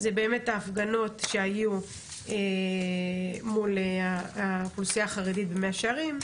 זה ההפגנות שהיו מול האוכלוסיה החרדית במאה שערים,